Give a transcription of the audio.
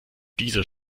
dieser